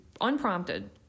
unprompted